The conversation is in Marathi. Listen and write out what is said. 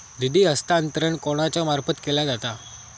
निधी हस्तांतरण कोणाच्या मार्फत केला जाता?